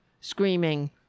screaming